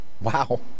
Wow